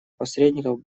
посредников